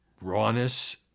rawness